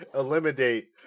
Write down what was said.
Eliminate